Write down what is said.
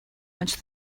much